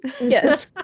Yes